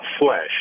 flesh